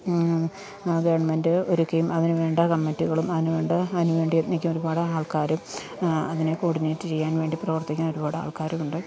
government ഒരുക്കുകയും അതിനുവേണ്ട കമ്മിറ്റികളും അതിന് വേണ്ട അതിനുവേണ്ടി നിൽക്കാൻ ഒരുപാട് ആൾക്കാരും അതിനെ കോർഡിനേറ്റ് ചെയ്യാൻ വേണ്ടി പ്രവർത്തിക്കാൻ ഒരുപാട് ആൾക്കാരും ഉണ്ട്